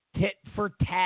tit-for-tat